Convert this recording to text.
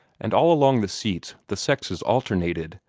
and all along the seats the sexes alternated,